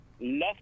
left